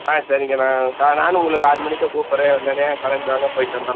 ஆ சரிங்க நான் நானும் உங்களுக்கு ஆறு மணிக்கு கூப்பிட்றேன் உடனே கிளம்பி வாங்க போய்விட்டு வந்துடலாம்